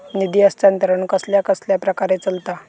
निधी हस्तांतरण कसल्या कसल्या प्रकारे चलता?